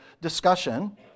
discussion